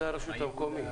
זה הרשות המקומית.